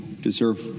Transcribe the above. deserve